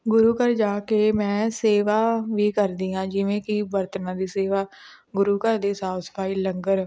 ਗੁਰੂ ਘਰ ਜਾ ਕੇ ਮੈਂ ਸੇਵਾ ਵੀ ਕਰਦੀ ਹਾਂ ਜਿਵੇਂ ਕਿ ਬਰਤਨਾਂ ਦੀ ਸੇਵਾ ਗੁਰੂ ਘਰ ਦੀ ਸਾਫ਼ ਸਫ਼ਾਈ ਲੰਗਰ